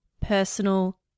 personal